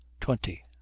twenty